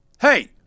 Hey